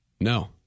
No